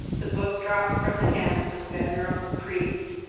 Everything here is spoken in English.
the book dropped from the hands of the venerable priest,